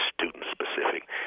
student-specific